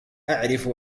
أعرف